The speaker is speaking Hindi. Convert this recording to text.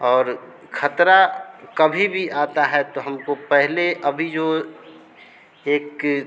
और ख़तरा कभी भी आता है तो हमको पहले अभी जो एक